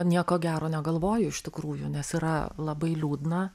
nieko gero negalvoju iš tikrųjų nes yra labai liūdna